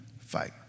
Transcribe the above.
fight